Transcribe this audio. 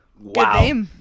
Wow